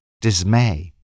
dismay